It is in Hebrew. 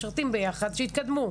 משרתים ביחד שיתקדמו.